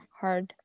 hard